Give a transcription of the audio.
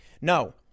No